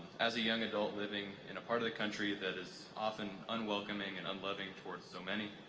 as a young adult living in a part of the country that is often unwelcoming and unloving towards so many,